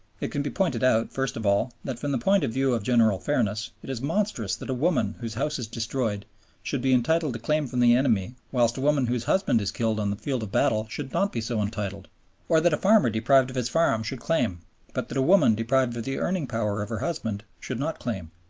it can be pointed out, first of all, that from the point of view of general fairness it is monstrous that a woman whose house is destroyed should be entitled to claim from the enemy whilst a woman whose husband is killed on the field of battle should not be so entitled or that a farmer deprived of his farm should claim but that a woman deprived of the earning power of her husband should not claim.